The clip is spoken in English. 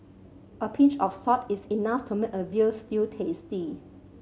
a pinch of salt is enough to make a veal stew tasty